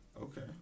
okay